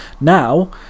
Now